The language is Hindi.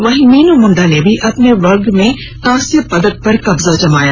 वहीं मीनू मुंडा ने भी अपने वर्ग में कांस्य पदक पर कब्जा जमाया